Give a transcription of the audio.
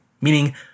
meaning